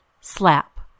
Slap